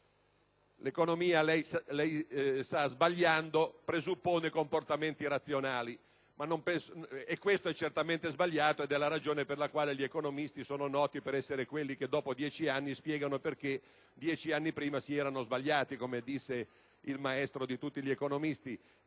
L'economia, come lei sa, sbagliando presuppone comportamenti razionali e questo è certamente sbagliato ed è la ragione per la quale gli economisti sono noti per essere quelli che dopo dieci anni spiegano perché dieci anni prima si erano sbagliati, come disse il maestro di tutti gli economisti.